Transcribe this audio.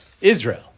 Israel